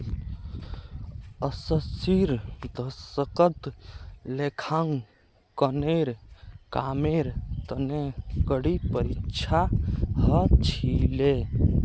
अस्सीर दशकत लेखांकनेर कामेर तने कड़ी परीक्षा ह छिले